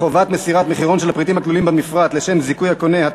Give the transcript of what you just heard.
חובת מסירת מחירון של הפריטים הכלולים במפרט לשם זיכוי הקונה),